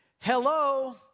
Hello